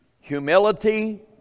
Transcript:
humility